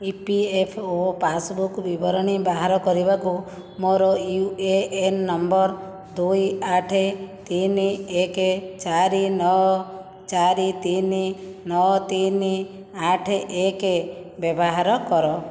ଇ P F O passbook ବିବରଣୀ ବାହାର କରିବାକୁ ମୋର ୟୁ ଏ ଏନ୍ ନମ୍ବର ଦୁଇ ଆଠ ତିନି ଏକ ଚାରି ନଅ ଚାରି ତିନି ନଅ ତିନି ଆଠ ଏକ ବ୍ୟବହାର କର